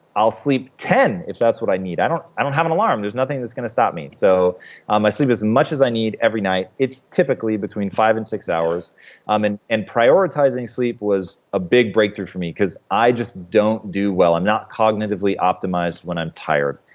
i'll sleep ten if that's what i need. i don't i don't have an alarm. there's nothing that's going to stop me. so i sleep as much as i need every night. it's typically between five and six hours and and prioritizing sleep was a big breakthrough for me, because i just don't do well. i'm not cognitively optimized when i'm tired,